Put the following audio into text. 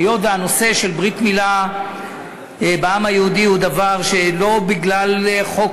היות שברית מילה בעם היהודי היא דבר שאינו בגלל חוק